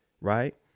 right